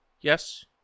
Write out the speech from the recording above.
Yes